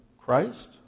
Christ